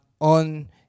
on